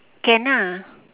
can ah